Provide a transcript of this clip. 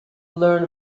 learn